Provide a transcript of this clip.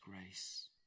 grace